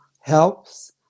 helps